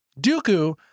Dooku